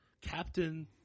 Captain